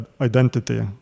identity